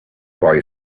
boy